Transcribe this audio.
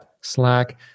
Slack